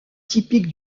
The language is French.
typique